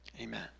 amen